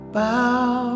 bow